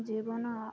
ଜୀବନ